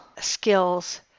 skills